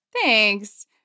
Thanks